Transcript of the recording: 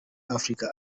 african